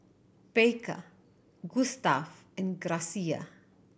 Baker Gustav and Gracia